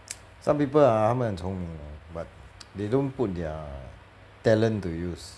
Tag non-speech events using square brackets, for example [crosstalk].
[noise] some people ah 他们很聪明 you know but [noise] they don't put their talent to use